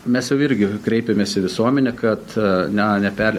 mes jau irgi kreipėmės į visuomenę kad nea ne per